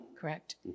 correct